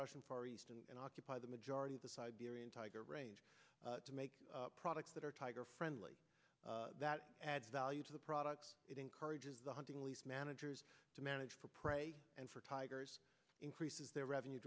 russian far east and occupy the majority of the siberian tiger range to make products that are tiger friendly that add value to the products it encourages the hunting lease managers to manage for prey and for tigers increases their revenue